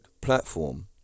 platform